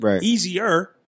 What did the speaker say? easier